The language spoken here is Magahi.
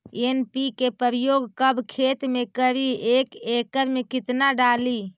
एन.पी.के प्रयोग कब खेत मे करि एक एकड़ मे कितना डाली?